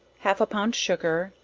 half a pound sugar,